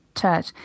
church